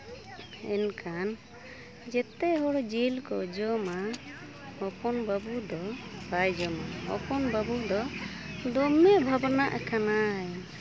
ᱮᱱᱠᱷᱟᱱ ᱡᱮᱛᱮ ᱦᱚᱲ ᱡᱤᱞ ᱠᱚ ᱡᱚᱢᱟ ᱦᱚᱯᱚᱱ ᱵᱟᱹᱵᱩ ᱫᱚ ᱵᱟᱭ ᱡᱚᱢᱟ ᱦᱚᱯᱚᱱ ᱵᱟᱹᱵᱩ ᱫᱚ ᱫᱚᱢᱮ ᱵᱷᱟᱵᱱᱟᱜ ᱠᱟᱱᱟᱭ